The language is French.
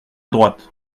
droite